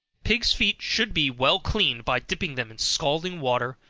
pigs' feet should be well cleaned by dipping them in scalding water,